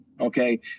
Okay